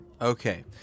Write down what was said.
Okay